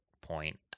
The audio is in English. point